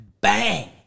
bang